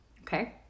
okay